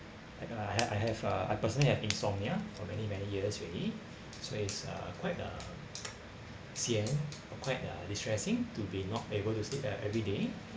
I have I have uh I personally have insomnia for many many years already so it's uh quite uh sian quite uh distressing to be not able to sleep e~ everyday